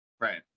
Right